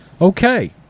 Okay